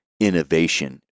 innovation